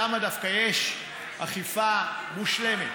שם דווקא יש אכיפה מושלמת.